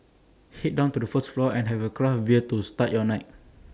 Head down to the first floor and have A craft bear to start your night